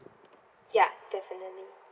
ya definitely